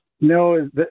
No